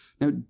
Now